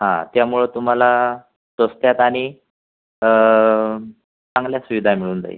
हां त्यामुळं तुम्हाला स्वस्तात आणि चांगल्या सुविधा मिळून जाईल